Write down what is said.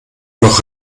noch